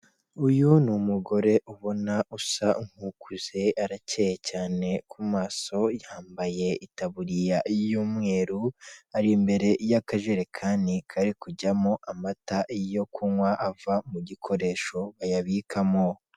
Uyu ni umugore ubona usa nk'ukuze arakeye cyane ku maso, yambaye itaburiya y'umweru ari imbere y'akajerekani kari kujyamo amata yo kunywa ava mu gikoresho bayabikamo.